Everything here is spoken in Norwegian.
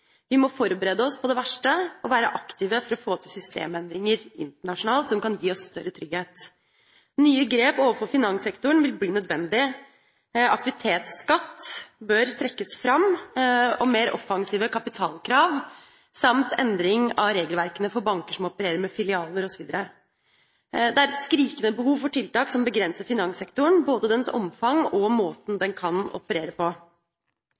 Vi må forberede oss på det verste og være aktive for å få til systemendringer internasjonalt som kan gi oss større trygghet. Nye grep overfor finanssektoren vil bli nødvendig. Aktivitetsskatt bør trekkes fram og mer offensive kapitalkrav samt endring av regelverkene for banker som opererer med filialer osv. Det er et skrikende behov for tiltak som begrenser finanssektoren, både dens omfang og måten den kan operere på.